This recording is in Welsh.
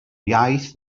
iaith